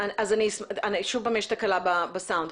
שוב יש תקלה בסאונד.